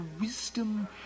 wisdom